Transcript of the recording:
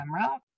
camera